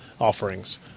offerings